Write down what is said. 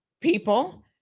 people